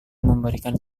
memberikan